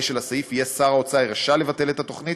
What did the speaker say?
של הסעיף יהיה שר האוצר רשאי לבטל את התוכנית,